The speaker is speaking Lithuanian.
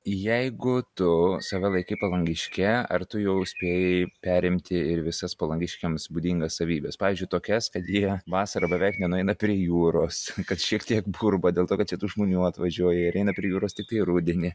jeigu tu save laikai palangiške ar tu jau spėjai perimti ir visas palangiškiams būdingas savybes pavyzdžiui tokias kad jie vasarą beveik nenueina prie jūros kad šiek tiek burba dėl to kad čia tų žmonių atvažiuoja ir eina prie jūros tiktai rudenį